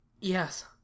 Yes